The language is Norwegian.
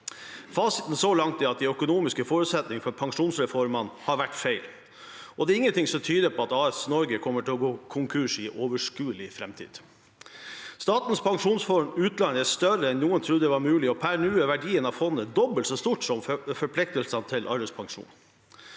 Fasiten så langt er at de økonomiske forutsetningene for pensjonsreformen har vært feil, og det er ingenting som tyder på at AS Norge kommer til å gå konkurs i overskuelig framtid. Statens pensjonsfond utland er større enn noen trodde var mulig, og per nå er verdien av fondet dobbelt så stor som forpliktelsene til alderspensjon.